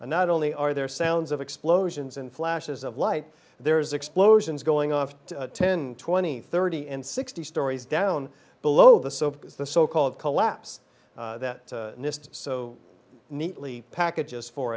and not only are there sounds of explosions and flashes of light there's explosions going off ten twenty thirty and sixty stories down below the soap because the so called collapse that nist so neatly packages for